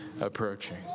approaching